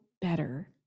better